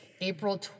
April